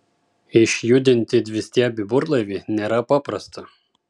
išjudinti dvistiebį burlaivį nėra paprasta